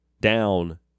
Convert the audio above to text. down